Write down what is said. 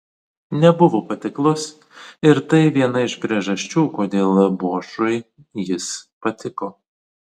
nebuvo patiklus ir tai viena iš priežasčių kodėl bošui jis patiko